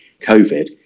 COVID